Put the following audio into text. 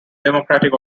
democratic